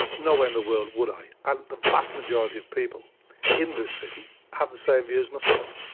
no way in the world would i, and the vast majority of people in this city have the same view as myself.